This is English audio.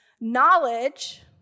knowledge